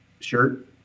shirt